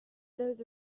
those